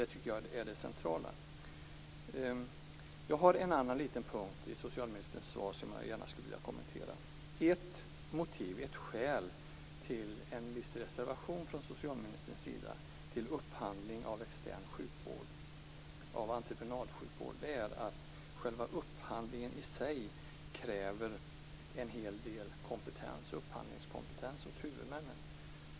Det är det centrala. Jag har en annan punkt från socialministerns svar som jag gärna vill kommentera. Ett skäl till en viss reservation från socialministerns sida till upphandling av entreprenadsjukvård är att själva upphandlingen i sig kräver en hel del kompetens hos huvudmännen.